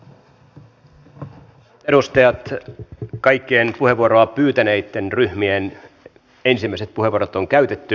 arvoisat edustajat kaikkien puheenvuoroa pyytäneitten ryhmien ensimmäiset puheenvuorot on käytetty